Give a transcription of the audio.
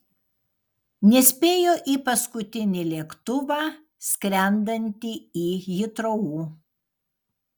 nespėjo į paskutinį lėktuvą skrendantį į hitrou